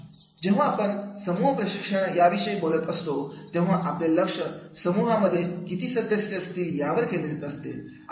जेव्हा आपण समूह प्रशिक्षणा विषयी बोलत असतो तेव्हा आपले लक्ष समूहांमध्ये किती सदस्य असतील यावर केंद्रित असते